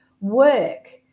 work